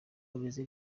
ameze